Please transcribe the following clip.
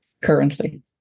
currently